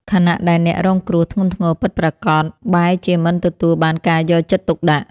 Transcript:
ខណៈដែលអ្នករងគ្រោះធ្ងន់ធ្ងរពិតប្រាកដបែរជាមិនទទួលបានការយកចិត្តទុកដាក់។